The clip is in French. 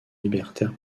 libertaire